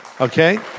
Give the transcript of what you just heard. Okay